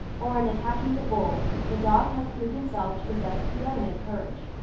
or in attacking the bull, the dog has proved himself to possess pre-eminent courage.